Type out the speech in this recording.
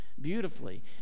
beautifully